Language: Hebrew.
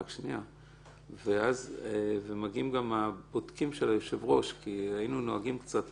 אז מגיעים גם הבודקים של היושב ראש כי היינו נוהגים קצת